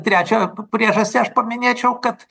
trečią priežastį aš paminėčiau kad